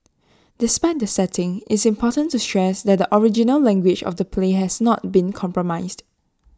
despite the setting it's important to stress that the original language of the play has not been compromised